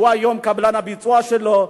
הוא היום קבלן הביצוע שלו,